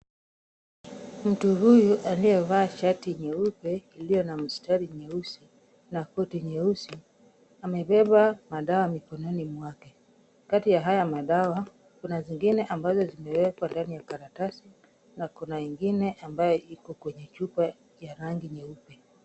Mtu huyu aliyevaa shati nyeupe iliyo na mstari nyeusi na koti nyeusi amebeba madawa mikononi mwake. Kati ya haya madawa kuna zingine ambazo zimewekwa ndani ya karatasi na kuna ingine ambayo iko kwenye chupa ya rangi nyeupe.